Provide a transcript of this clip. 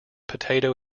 potato